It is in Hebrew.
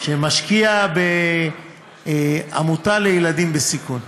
שמשקיע בעמותה לילדים בסיכון.